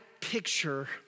picture